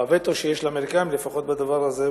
לפחות בווטו שיש לאמריקנים בדבר הזה,